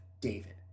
david